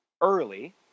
early